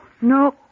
no